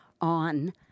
on